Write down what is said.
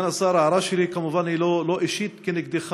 סגן השר, ההערה שלי היא כמובן לא אישית כנגדך.